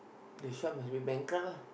the shop must be bankrupt lah